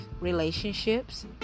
relationships